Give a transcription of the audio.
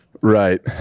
Right